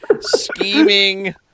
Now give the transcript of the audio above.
Scheming